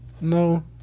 No